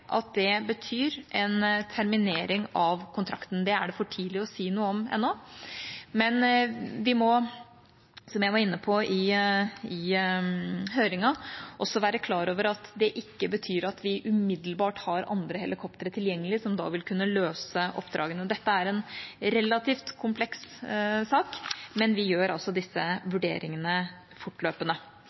at det betyr en terminering av kontrakten. Det er det for tidlig å si noe om ennå, men vi må – som jeg var inne på i høringen – også være klar over at det ikke betyr at vi umiddelbart har andre helikoptre tilgjengelig, som vil kunne løse oppdragene. Dette er en relativt kompleks sak, men vi gjør disse vurderingene fortløpende